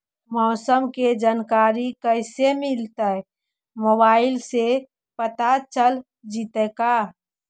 मौसम के जानकारी कैसे मिलतै मोबाईल से पता चल जितै का?